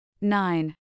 Nine